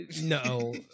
No